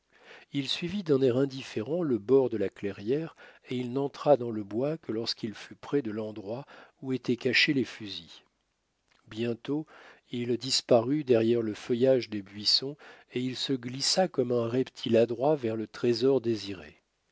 il suivit d'un air indifférent le bord de la clairière et il nent entra dans le bois que lorsqu'il fut près de l'endroit où étaient cachés les fusils bientôt il disparut derrière le feuillage des buissons et il se glissa comme un reptile adroit vers le trésor désiré